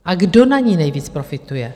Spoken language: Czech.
A kdo na ní nejvíc profituje?